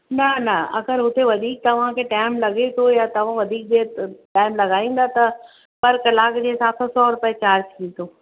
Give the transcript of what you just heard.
न न अगरि हुते वधीक तव्हांखे टाइम लॻे थो या तव्हां वधीक देर टाइम लॻाईंदा त पर कलाक जे हिसाब सां सौ रुपए चार्ज थींदो